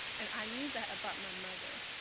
and i knew that about my mother.